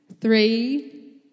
three